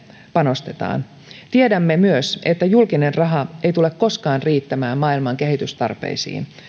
panostetaan tiedämme myös että julkinen raha ei tule koskaan riittämään maailman kehitystarpeisiin